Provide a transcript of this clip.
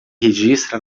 registra